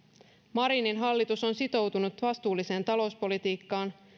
marinin hallitus on sitoutunut vastuulliseen talouspolitiikkaan